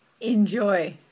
Enjoy